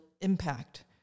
impact